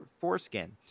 foreskin